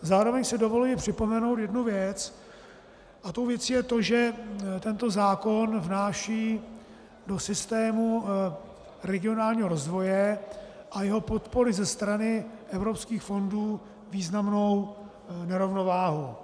Zároveň si dovoluji připomenout jednu věc a tou věcí je to, že tento zákon vnáší do systému regionálního rozvoje a jeho podpory ze strany evropských fondů významnou nerovnováhu.